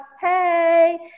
hey